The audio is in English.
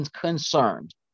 concerned